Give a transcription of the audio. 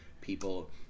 people